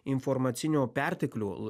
informacinių perteklių